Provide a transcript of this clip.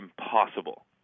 impossible